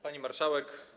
Pani Marszałek!